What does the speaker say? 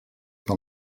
del